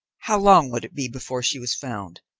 how long would it be before she was found?